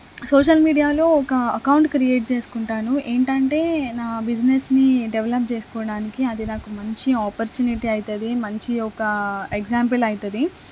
social మీడియాలో ఒక account create చేసుకుంటాను ఏంటంటే నా బిజినెస్ని డెవలప్ చేసుకోవడానికి అది నాకు మంచి ఆపర్చునిటీ అవుతుంది మంచి ఒక ఎగ్జాంపుల్ అవుతుంది